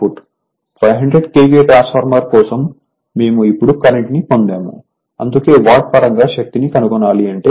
500 KVA transformer కోసం మేము ఇప్పుడు కరెంట్ ని పొందాము అందుకే వాట్ పరంగా శక్తిని కనుగొనాలంటే